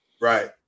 Right